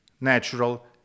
natural